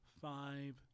five